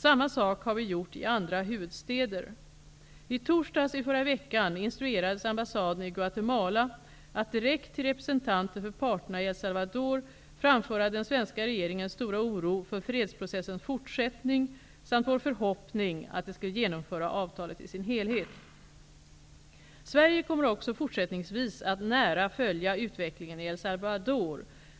Samma sak har vi gjort i andra huvudstäder. I torsdags i förra veckan instruerades ambassaden i Guatemala att direkt till representanter för parterna i El Salvador framföra den svenska regeringens stora oro för fredsprocessens fortsättning, samt vår förhoppning att de skall genomföra avtalet i sin helhet. Sverige kommer också fortsättningsvis att nära följa utvecklingen i El Salvador.